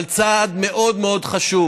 אבל צעד מאוד מאוד חשוב.